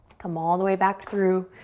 come all the way back through.